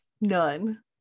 none